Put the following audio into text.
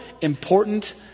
important